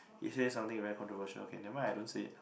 he say something very controversial okay never mind I don't say it